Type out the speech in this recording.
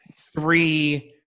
Three